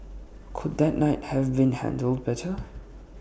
could that night have been handled better